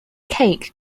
cake